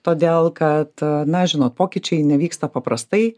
todėl kad na žinot pokyčiai nevyksta paprastai